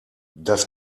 das